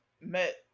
met